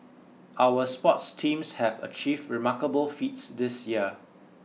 our sports teams have achieved remarkable feats this year